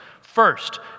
First